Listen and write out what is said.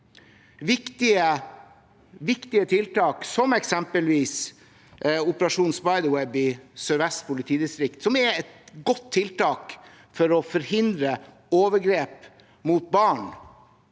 Viktige tiltak som eksempelvis Operasjon Spiderweb i Sør-Vest politidistrikt, som er et godt tiltak for å forhindre overgrep mot barn,